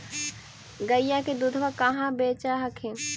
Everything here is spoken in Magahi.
गया के दूधबा कहाँ बेच हखिन?